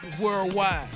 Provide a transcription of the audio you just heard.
Worldwide